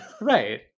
Right